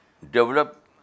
develop